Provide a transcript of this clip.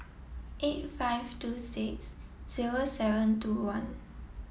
eight five two six zero seven two one